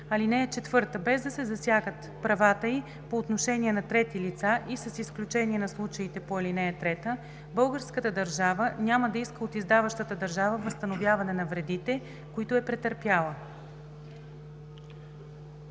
име. (4) Без да се засягат правата й по отношение на трети лица и с изключение на случаите по ал. 3, българската държава няма да иска от издаващата държава възстановяване на вредите, които е претърпяла.“